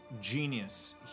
genius